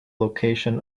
location